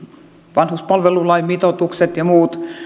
vanhuspalvelulain mitoitukset ja muut